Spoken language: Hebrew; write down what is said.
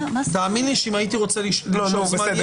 תאמין לי שאם הייתי רוצה למשוך זמן,